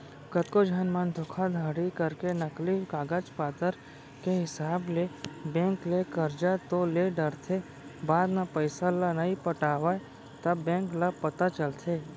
कतको झन मन धोखाघड़ी करके नकली कागज पतर के हिसाब ले बेंक ले करजा तो ले डरथे बाद म पइसा ल नइ पटावय तब बेंक ल पता चलथे